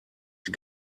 sie